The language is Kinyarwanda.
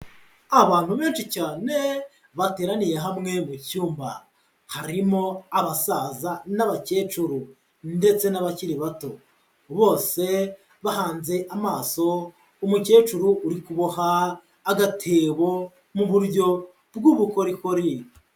Abantu benshi cyane bateraniye hamwe mu cyumba, harimo abasaza n'abakecuru ndetse n'abakiri bato, bose bahanze amaso umukecuru uri kuboha agatebo mu buryo bw'ubukorikori.